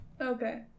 Okay